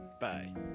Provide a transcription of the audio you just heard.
Bye